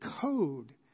code